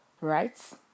rights